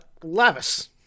Lavis